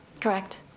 Correct